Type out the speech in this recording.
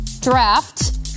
draft